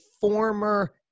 former